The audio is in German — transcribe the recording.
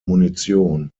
munition